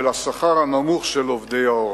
של השכר הנמוך של עובדי ההוראה.